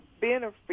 benefit